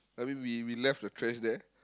I mean we we left the trash there